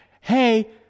hey